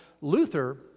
Luther